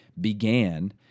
began